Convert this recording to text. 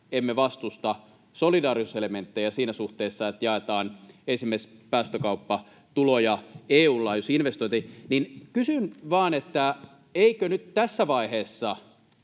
emme vastusta solidaarisuuselementtejä siinä suhteessa, että jaetaan esimerkiksi päästökauppatuloja EU:n laajuisiin investointeihin. Kysyn vain: eikö nyt tässä vaiheessa